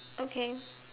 okay